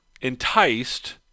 enticed